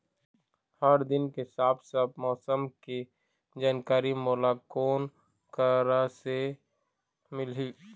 हर दिन के साफ साफ मौसम के जानकारी मोला कोन करा से मिलही?